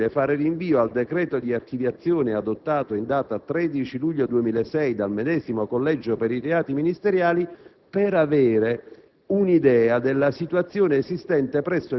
la Giunta ritenne che fosse possibile fare rinvio al decreto di archiviazione adottato in data 13 luglio 2006 dal medesimo Collegio per i reati ministeriali per avere